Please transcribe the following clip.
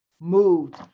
moved